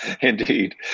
Indeed